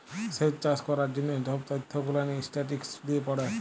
স্যেচ চাষ ক্যরার যা সহব ত্যথ গুলান ইসট্যাটিসটিকস দিয়ে পড়ে